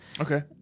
Okay